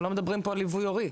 אנחנו לא מדברים פה על ליווי הורי.